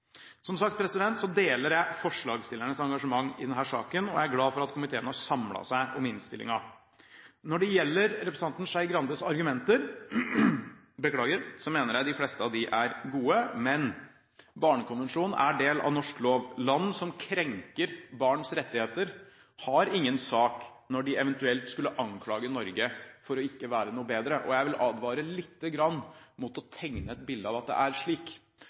Som sagt deler jeg forslagsstillernes engasjement i denne saken, og jeg er glad for at komiteen har samlet seg om innstillingen. Når det gjelder representanten Skei Grandes argumenter, mener jeg de fleste av dem er gode, men Barnekonvensjonen er del av norsk lov. Land som krenker barns rettigheter, har ingen sak når de eventuelt skulle anklage Norge for ikke å være noe bedre – og jeg vil advare litt mot å tegne et bilde av at det er slik.